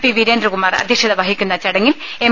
P Veerendrakumar അധ്യക്ഷത വഹിക്കുന്ന ചടങ്ങിൽ എം